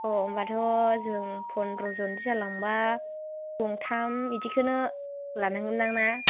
अ होनबाथ' जों फनद्र जनसो जालांबा गंथाम इदिखौनो लानांगोनदां ना